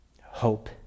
Hope